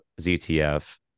ZTF